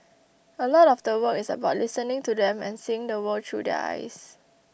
a lot of the work is about listening to them and seeing the world through their eyes